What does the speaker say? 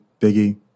Biggie